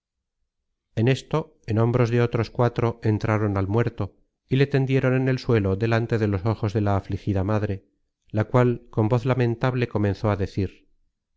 en esto en hombros de otros cuatro entraron al muerto y le tendieron en el suelo delante de los ojos de la afligida madre la cual con voz lamentable comenzó a decir